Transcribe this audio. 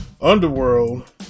Underworld